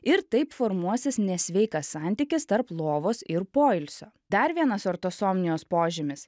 ir taip formuosis nesveikas santykis tarp lovos ir poilsio dar vienas ortosomnijos požymis